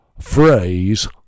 phrase